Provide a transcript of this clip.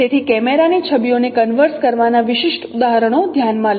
તેથી કેમેરાની છબીઓને કન્વર્ઝ કરવાના વિશિષ્ટ ઉદાહરણો ધ્યાન મા લો